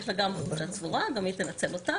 יש לה גם חופשה צבורה, גם היא תנצל אותה.